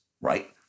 Right